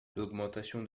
l’augmentation